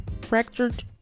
fractured